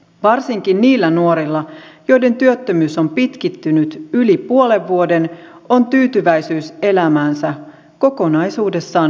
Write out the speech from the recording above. varsinkin niillä nuorilla joiden työttömyys on pitkittynyt yli puolen vuoden on tyytyväisyys elämäänsä kokonaisuudessaan heikompaa